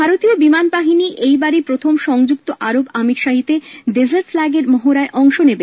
ভারতীয় বিমানবাহিনী এইবারই প্রথম সংযুক্ত আরব আমিরশাহীতে ডেজার্ট ফ্ল্যাগের মহড়ায় অংশ নেবে